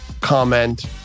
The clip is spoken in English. Comment